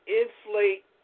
inflate